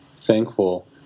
thankful